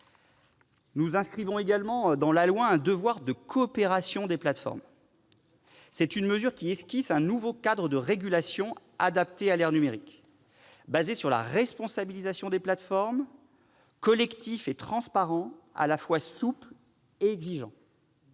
Nous inscrivons également dans la loi un devoir de coopération des plateformes. Cette mesure esquisse un nouveau cadre de régulation adapté à l'ère numérique fondé sur la responsabilisation des plateformes, collectif et transparent, à la fois souple et exigeant.